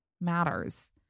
matters